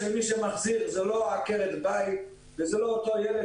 שמי שמחזיר זה לא עקרת בית וזה לא אותו ילד